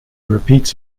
repeats